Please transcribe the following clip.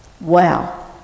Wow